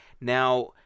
Now